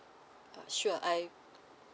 sure I